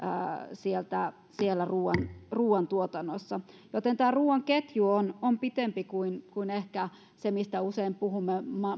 siellä ruoantuotannossa tämä ruoan ketju on ehkä pitempi kuin kuin se mistä usein puhumme